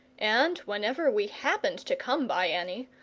and, whenever we happened to come by any,